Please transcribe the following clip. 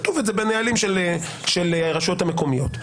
זה כתוב בנהלים של הרשויות המקומיות,